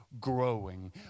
growing